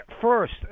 first